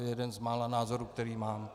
Jeden z mála názorů, který mám.